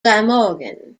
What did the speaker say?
glamorgan